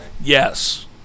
Yes